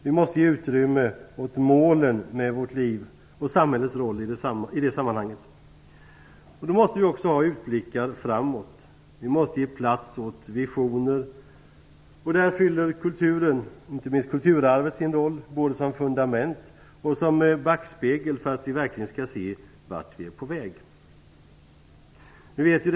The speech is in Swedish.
Vi måste också ge utrymme åt målen med våra liv och samhällets roll i det sammanhanget. Då måste vi också ha utblickar framåt. Vi måste ge plats åt visioner. Där fyller kulturen, inte minst kulturarvet, sin roll både som fundament och som backspegel för att vi verkligen skall se vart vi är på väg.